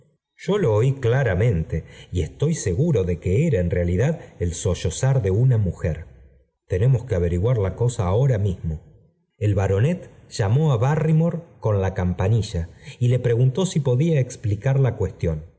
yo lo oí claramente y estoy seguro de que era en realidad el sollozar de una mujer tenemos que averiguar la cosa ahora mismo el baronet llamó á barry more con la campanilla y le preguntó si podía explicar la cuestión